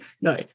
No